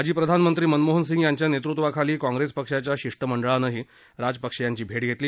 माजी प्रधानमंत्री मनमोहन सिंग यांच्या नेतृत्वाखाली काँप्रेस पक्षाच्या शिष्टमंडळानंही राजपक्षे यांची भेट घेतली